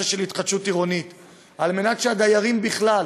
התחדשות עירונית כדי שהדיירים בכלל